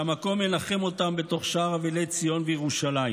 שהמקום ינחם אותם בתוך שאר אבלי ציון וירושלים.